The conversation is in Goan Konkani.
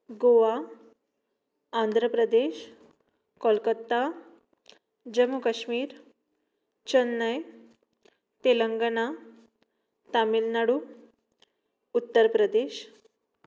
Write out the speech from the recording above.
गोवा आंध्रा प्रदेश कोलकत्ता जम्मू कश्मीर चेन्नइ तेलंगना तामिळनाडू उत्तर प्रदेश